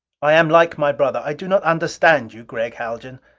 i am like my brother i do not understand you, gregg haljan.